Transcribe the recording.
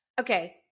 Okay